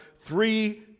three